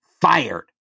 fired